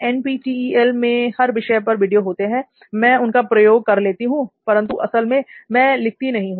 NPTEL में हर विषय पर वीडियो होते हैं मैं उनका प्रयोग कर लेती हूं परंतु असल में मैं लिखती नहीं हूं